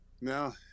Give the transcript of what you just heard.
No